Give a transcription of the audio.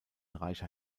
reicher